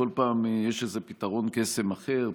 בכל פעם יש איזה פתרון קסם אחר,